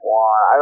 one